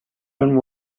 and